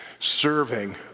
serving